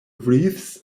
wreaths